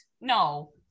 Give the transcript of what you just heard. no